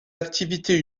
activités